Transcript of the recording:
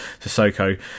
Sissoko